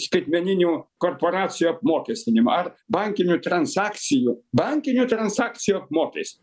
skaitmeninių korporacijų apmokestinimą ar bankinių transakcijų bankinių transakcijų apmokes